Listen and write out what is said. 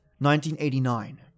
1989